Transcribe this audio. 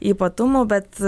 ypatumų bet